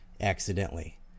accidentally